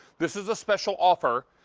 this is a special offer,